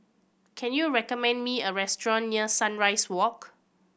can you recommend me a restaurant near Sunrise Walk